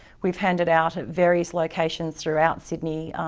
we've handed out at various locations throughout sydney,